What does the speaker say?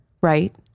right